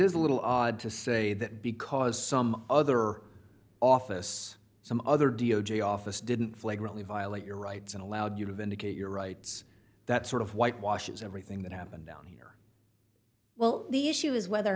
is a little odd to say that because some other office some other d o j office didn't flagrantly violate your rights and allowed you to vindicate your rights that sort of whitewash is everything that happened down here well the issue is whether or